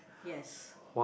yes